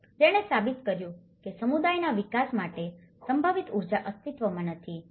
તેમ છતાં જેણે સાબિત કર્યું છે કે સમુદાયના વિકાસ માટે સંભવિત ઉર્જા અસ્તિત્વમાં નથી